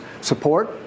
support